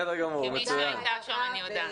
כמי שהייתה שם, אני יודעת.